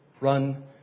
run